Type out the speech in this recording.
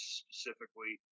specifically